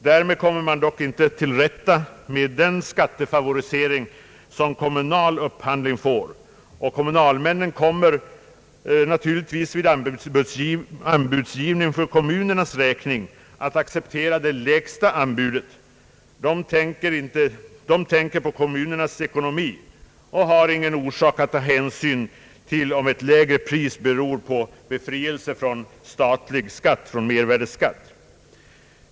Därmed kommer man emellertid inte till rätta med den skattefavorisering som kommunal upphandling får, och kommunalmännen kommer naturligtvis vid anbudsgivning för kommunernas räkning att acceptera det lägsta anbudet. De tänker på kommunens ekonomi och har ingen orsak att ta hänsyn till om ett lägre pris beror på befrielse från skatt.